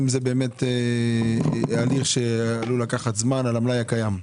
האם זה הליך שעלול לקחת זמן, על המלאי הקיים?